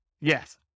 Yes